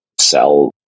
sell